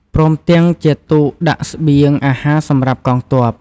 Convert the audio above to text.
ព្រមទាំង ជាទូកដាក់ស្បៀង អាហារសម្រាប់ កងទ័ព។